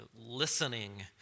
listening